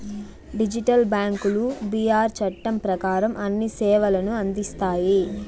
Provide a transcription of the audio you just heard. digital బ్యాంకులు BR చట్టం ప్రకారం అన్ని సేవలను అందిస్తాయి